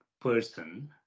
person